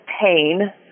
pain